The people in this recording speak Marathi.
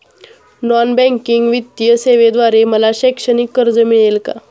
नॉन बँकिंग वित्तीय सेवेद्वारे मला शैक्षणिक कर्ज मिळेल का?